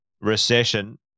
recession